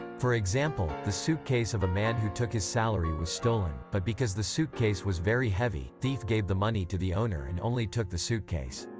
for example, the suitcase of a man who took his salary was stolen, but because the suitcase was very heavy, thief gave the money to the owner and only took the suitcase.